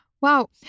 wow